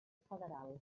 federal